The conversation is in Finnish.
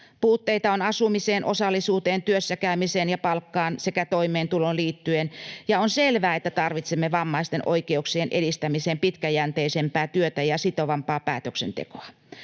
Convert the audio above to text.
Puutteita on asumiseen, osallisuuteen, työssä käymiseen ja palkkaan sekä toimeentuloon liittyen, ja on selvää, että tarvitsemme vammaisten oikeuksien edistämiseen pitkäjänteisempää työtä ja sitovampaa päätöksentekoa.